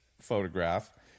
photograph